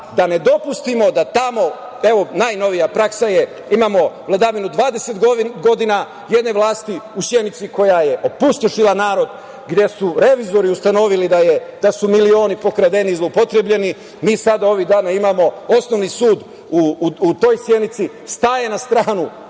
da ne dopustio da tamo, evo najnovija praksa je imamo vladavinu 20 godina jedne vlasti u Sjenici koja je opustošila narod, gde su revizori ustanovili da su milioni pokradeni, zloupotrebljeni. Mi sada ovih dana imamo Osnovni sud u toj Sjenici, staje na stranu